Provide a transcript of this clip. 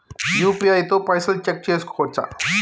UPI తో పైసల్ check చేసుకోవచ్చా?